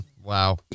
Wow